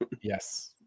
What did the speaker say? Yes